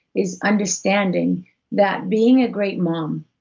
is understanding that being a great mom,